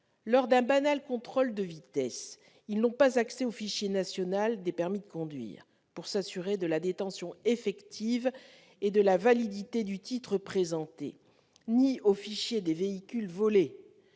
lors d'un banal contrôle de vitesse, ils n'ont pas accès au fichier national des permis de conduire- le FNPC -pour s'assurer de la détention effective et de la validité du titre présenté, ni au fichier des véhicules volés-